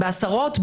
בעשרות?